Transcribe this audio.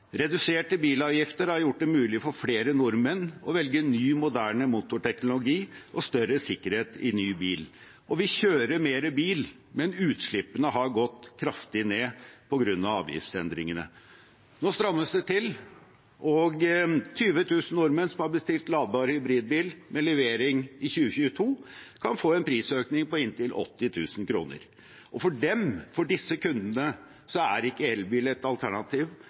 Reduserte bilavgifter har gjort det mulig for flere nordmenn å velge ny, moderne motorteknologi og større sikkerhet i ny bil. Vi kjører mer bil, men utslippene har gått kraftig ned på grunn av avgiftsendringene. Nå strammes det til, og 20 000 nordmenn som har bestilt ladbar hybridbil med levering i 2022, kan få en prisøkning på inntil 80 000 kr. For disse kundene er ikke elbil et alternativ